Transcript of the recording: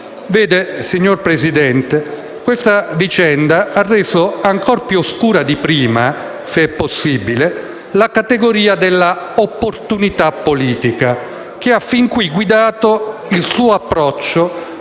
del Consiglio, questa vicenda ha reso ancora più oscura di prima, se è possibile, la categoria dell'opportunità politica che ha fin qui guidato il suo approccio